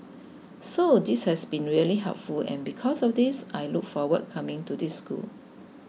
so this has been really helpful and because of this I look forward coming to this school